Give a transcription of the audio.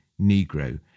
Negro